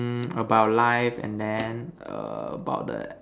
mm about life and then err about the